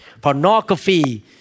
pornography